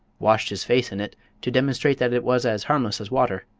washed his face in it to demonstrate that it was as harmless as water,